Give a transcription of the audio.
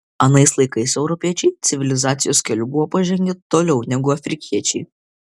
anais laikais europiečiai civilizacijos keliu buvo pažengę toliau negu afrikiečiai